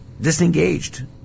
disengaged